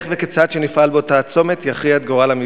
ואיך וכיצד נפעל באותו הצומת שיכריע את גורל המבצע.